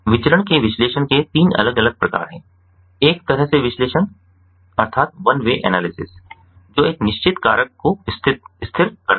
विचरण के विश्लेषण के तीन अलग अलग प्रकार हैं एक तरह से विश्लेषण जो एक निश्चित कारक को स्थिर करता है